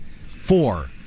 four